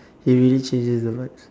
he really changes the vibes